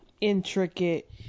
intricate